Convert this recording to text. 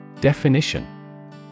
Definition